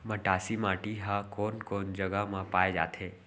मटासी माटी हा कोन कोन जगह मा पाये जाथे?